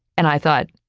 and i thought,